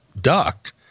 duck—